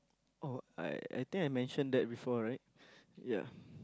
oh I I think I mentioned that before right ya